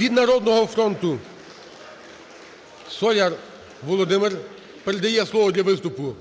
Від "Народного фронту" Соляр Володимир передає слово для виступу